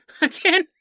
Again